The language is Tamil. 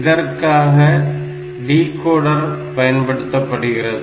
இதற்காக டிகோடர் பயன்படுத்தப்படுகிறது